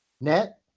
net